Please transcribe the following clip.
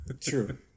True